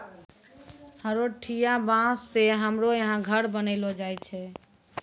हरोठिया बाँस से हमरो यहा घर बनैलो जाय छै